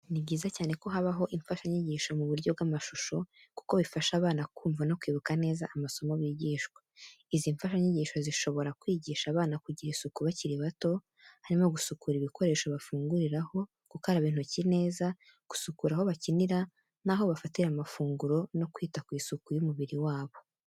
Ni byiza cyane ko habaho imfashanyigisho mu buryo bw'amashusho, kuko bifasha abana kumva no kwibuka neza amasomo bigishwa. Izi mfashanyigisho zishobora kwigisha abana kugira isuku bakiri bato, harimo gusukura ibikoresho bafunguriraho, gukaraba intoki neza, gusukura aho bakinira n'aho bafatira amafunguro, no kwita ku isuku y’umubiri wabo.